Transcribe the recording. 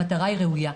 המטרה היא ראויה.